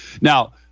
Now